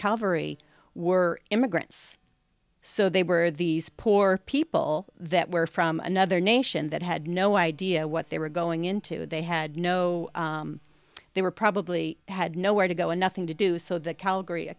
calvary were immigrants so they were these poor people that were from another nation that had no idea what they were going into they had no they were probably had nowhere to go and nothing to do so the calgary a